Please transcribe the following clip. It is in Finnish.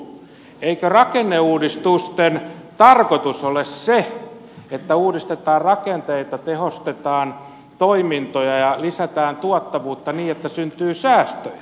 eikö rakenneuudistusten tarkoitus ole se että uudistetaan rakenteita tehostetaan toimintoja ja lisätään tuottavuutta niin että syntyy säästöjä